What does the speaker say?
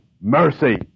Mercy